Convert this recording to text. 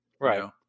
Right